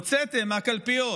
הוצאתם מהקלפיות